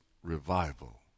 Revival